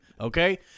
Okay